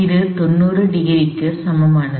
இது 90° க்கு சமமானது